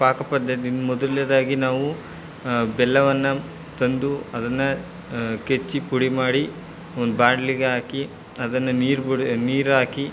ಪಾಕಪದ್ದತಿ ಮೊದಲನೇದಾಗಿ ನಾವು ಬೆಲ್ಲವನ್ನು ತಂದು ಅದನ್ನು ಕೆಚ್ಚಿ ಪುಡಿ ಮಾಡಿ ಒಂದು ಬಾಣಲೆಗೆ ಹಾಕಿ ಅದನ್ನು ನೀರು ಬಿಡಿ ನೀರಾಕಿ